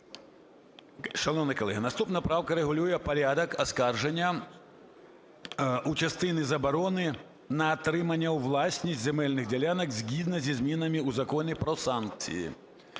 Шановні колеги, наступна правка регулює порядок оскарження у частині заборони на отримання у власність земельних ділянок згідно зі змінами у Законі "Про санкції".